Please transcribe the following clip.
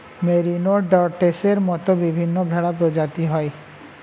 merino, ডর্সেটের মত বিভিন্ন ভেড়া প্রজাতি হয়